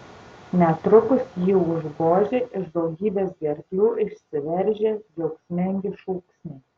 netrukus jį užgožė iš daugybės gerklių išsiveržę džiaugsmingi šūksniai